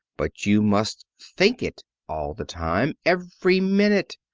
but you must think it all the time. every minute.